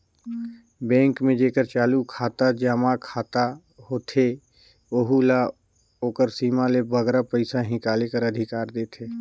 bank में जेकर चालू जमा खाता होथे ओहू ल ओकर सीमा ले बगरा पइसा हिंकाले कर अधिकार देथे